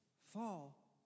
fall